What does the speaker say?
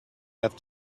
have